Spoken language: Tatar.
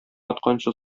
атканчы